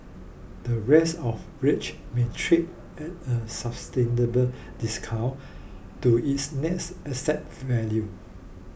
the rest of rich may trade at a discount to its net asset value